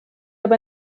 aber